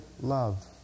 love